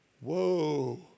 Whoa